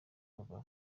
papa